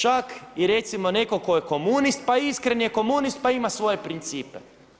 Čak i recimo netko tko je komunist pa iskren je komunist pa ima svoje principe.